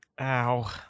Ow